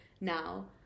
now